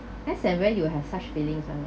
that's when where you have such feelings [one] ah